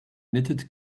knitted